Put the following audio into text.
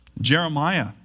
Jeremiah